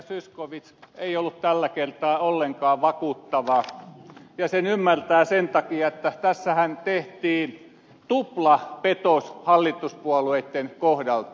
zyskowicz ei ollut tällä kertaa ollenkaan vakuuttava ja sen ymmärtää sen takia että tässähän tehtiin tuplapetos hallituspuolueitten kohdalta